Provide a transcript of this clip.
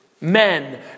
men